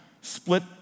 split